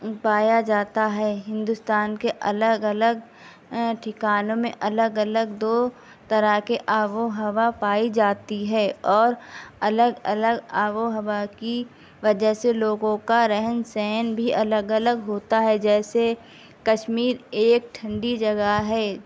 پایا جاتا ہے ہندوستان کے الگ الگ ٹھکانوں میں الگ الگ دو طرح کی آب و ہوا پائی جاتی ہے اور الگ الگ آب و ہوا کی وجہ سے لوگوں کا رہن سہن بھی الگ الگ ہوتا ہے جیسے کشمیر ایک ٹھنڈی جگہ ہے